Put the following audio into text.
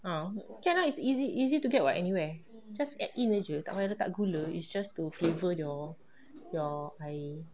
ah can ah it's easy it's easy to get [what] anywhere just add in aje tak payah letak gula it's just to flavour your your air